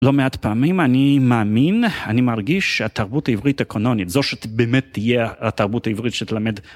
לא מעט פעמים אני מאמין אני מרגיש שהתרבות העברית הקאנונית זו שבאמת תהיה התרבות העברית שתלמד